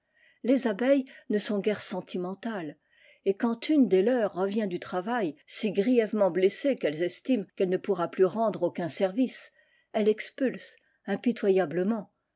les abeilles ne sont guère sentimentales et quand une des leurs revient du travail si grièvement blessée qu'elles estiment qu'elle ne pourra plus rendre aucun service elles texpulsent impitoyablement